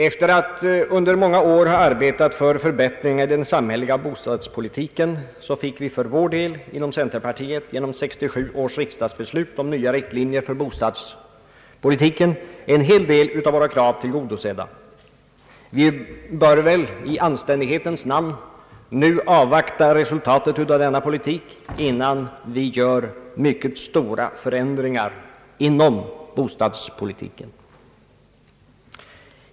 Efter att under många år ha arbetat för förbättringar i den samhälleliga bostadspolitiken fick vi inom centerpartiet genom 1967 års riksdagsbeslut om nya riktlinjer för bostadspolitiken en hel del av våra krav tillgodosedda. Man bör väl i anständighetens namn nu avvakta resultatet av denna politik innan man gör mycket stora förändringar inom bostadspolitiken.